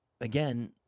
again